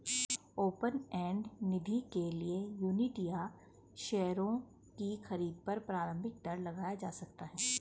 open end निधि के लिए यूनिट या शेयरों की खरीद पर प्रारम्भिक दर लगाया जा सकता है